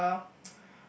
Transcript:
uh